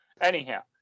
Anyhow